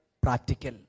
Practical